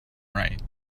right